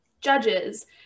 judges